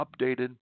updated